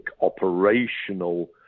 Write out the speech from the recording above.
operational